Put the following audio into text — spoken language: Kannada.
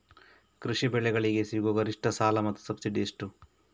ಕೃಷಿ ಬೆಳೆಗಳಿಗೆ ಸಿಗುವ ಗರಿಷ್ಟ ಸಾಲ ಮತ್ತು ಸಬ್ಸಿಡಿ ಎಷ್ಟು?